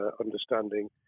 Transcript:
understanding